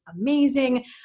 amazing